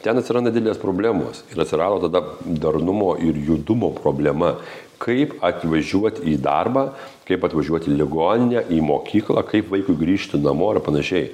ten atsiranda didelės problemos ir atsirado tada darnumo ir judumo problema kaip atvažiuot į darbą kaip atvažiuot į ligoninę į mokyklą kaip vaikui grįžti namo ir panašiai